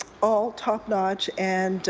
all top notch. and